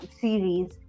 series